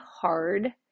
hard